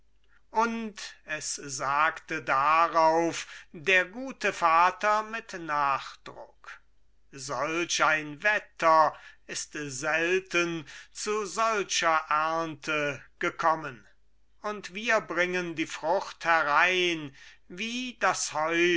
und es sagte darauf der gute vater mit nachdruck solch ein wetter ist selten zu solcher ernte gekommen und wir bringen die frucht herein wie das heu